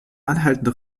anhaltende